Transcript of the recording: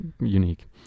unique